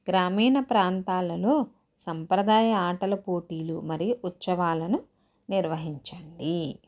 గ్రామీణ ప్రాంతాలలో సాంప్రదాయ ఆటల పోటీలు మరియు ఉత్సవాలను నిర్వహించండి